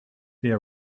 via